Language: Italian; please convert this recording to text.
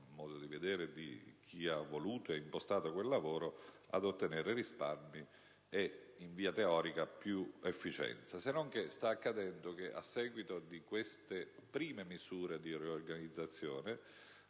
a modo di vedere di chi ha voluto e impostato quel lavoro, ad ottenere risparmi e, in via teorica, più efficienza.